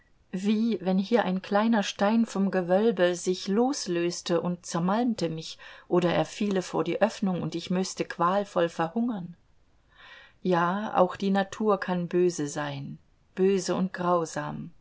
wie wenn hier ein kleiner stein vom gewölbe sich loslöste und zermalte mich oder er fiele vor die öffnung und ich müßte qualvoll verhungern ja auch die natur kann böse sein böse und grausam